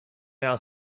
now